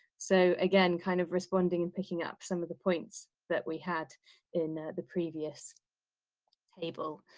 so again, kind of responding and picking up some of the points that we had in the previous table.